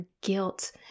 guilt